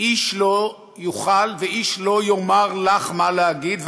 איש לא יוכל ואיש לא יאמר לך מה להגיד,